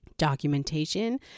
documentation